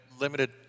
limited